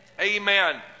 Amen